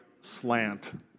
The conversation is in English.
slant